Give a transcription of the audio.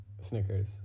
Snickers